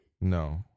No